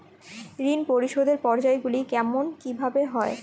ঋণ পরিশোধের পর্যায়গুলি কেমন কিভাবে হয়?